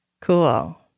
Cool